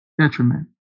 detriment